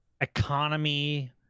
economy